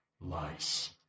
Lice